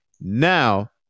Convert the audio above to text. Now